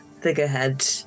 figurehead